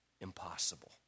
impossible